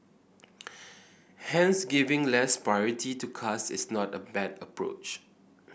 hence giving less priority to cars is not a bad approach